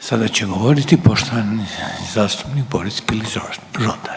Sada će govoriti poštovani zastupnik Piližota,